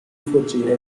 fuggire